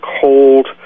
cold